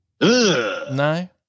no